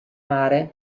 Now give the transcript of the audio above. mare